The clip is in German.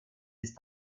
ist